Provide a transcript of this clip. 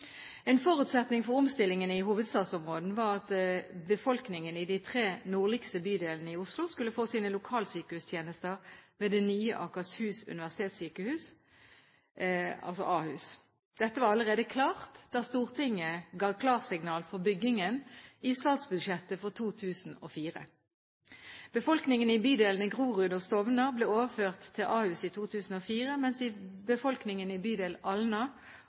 En forutsetning for omstillingene i hovedstadsområdet var at befolkningen i de tre nordligste bydelene i Oslo skulle få sine lokalsykehustjenester ved det nye Akershus universitetssykehus, altså Ahus. Dette var allerede klart da Stortinget ga klarsignal for byggingen i statsbudsjettet for 2004. Befolkningen i bydelene Grorud og Stovner ble overført til Ahus i 2004, mens befolkningen i bydel Alna